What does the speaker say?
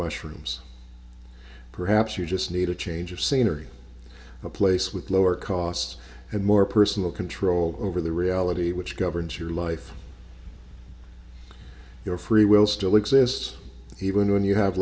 mushrooms perhaps you just need a change of scenery a place with lower costs and more personal control over the reality which governs your life your free will still exists even when you have